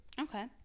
Okay